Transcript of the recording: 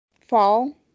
fall